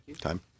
Time